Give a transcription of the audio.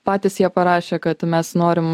patys jie parašė kad mes norim